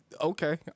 okay